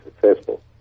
successful